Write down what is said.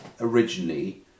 originally